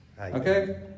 Okay